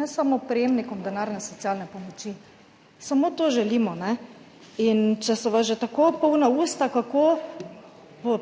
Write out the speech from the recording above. ne samo prejemnikom denarne socialne pomoči. Samo to želimo. Če so vas že tako polna usta, kako